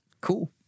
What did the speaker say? Cool